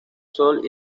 sol